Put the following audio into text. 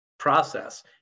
Process